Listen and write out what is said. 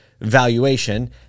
valuation